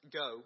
go